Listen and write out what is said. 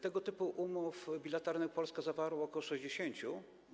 Tego typu umów bilateralnych Polska zawarła ok. 60.